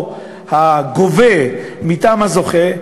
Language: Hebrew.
או הגובה מטעם הזוכה,